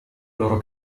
loro